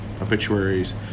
obituaries